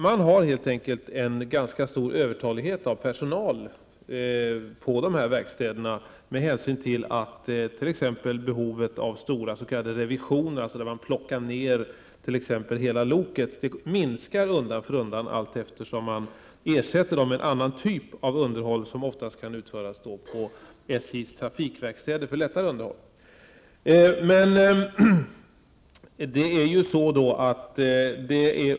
Man har helt enkelt en ganska stor övertalighet av personal på de här verkstäderna, med hänsyn till att t.ex. behovet av stora s.k. revisioner, när hela lok plockas ned, minskar undan för undan eftersom de ersätts med en annan typ av underhåll, som oftast kan utföras på SJs trafikverkstäder för lättare underhåll.